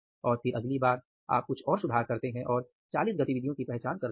और फिर अगली बार आप कुछ और सुधार करते हैं और 40 गतिविधियों की पहचान करते हैं